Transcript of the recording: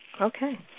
Okay